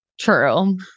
True